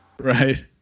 right